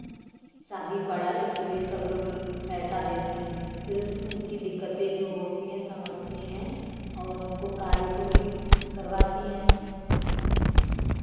शादी पड़ा इसीलिए सब लोग पैसा देती हैं फिर उस उनकी दिक्कतें जो होती है समझती हैं और उनको कार्य को भी करवाती हैं